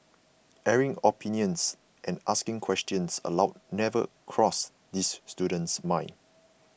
airing opinions and asking questions aloud never crossed this student's mind